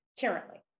currently